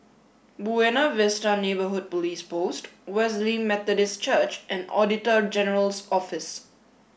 Buona Vista Neighbourhood Police Post Wesley Methodist Church and Auditor General's Office